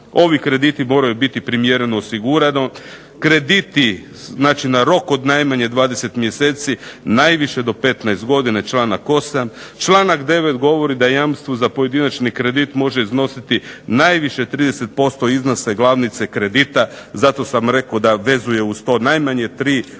Ovi krediti moraju biti primjereno osigurani. Krediti na rok od najmanje 20 mjeseci najviše do 15 godina, članak 8. Članak 9. govori da jamstvo za pojedinačni kredit može iznositi najviše 30% iznosa glavnice kredita, zato sam rekao da vezuje uz to najmanje 3 pa